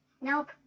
Nope